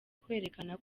kwerekana